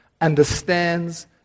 understands